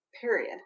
period